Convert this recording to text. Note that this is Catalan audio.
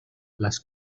les